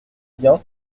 bien